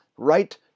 Right